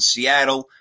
Seattle